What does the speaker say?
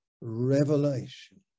revelation